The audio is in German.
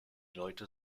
leute